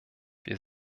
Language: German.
wir